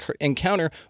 encounter